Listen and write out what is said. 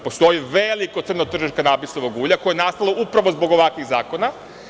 Postoji veliko crno tržište kanabisovog ulja koje je nastalo upravo zbog ovakvih zakona.